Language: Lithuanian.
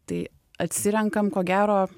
tai atsirenkam ko gero